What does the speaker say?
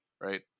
right